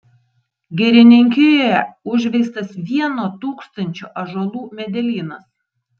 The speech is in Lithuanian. girininkijoje užveistas vieno tūkstančio ąžuolų medelynas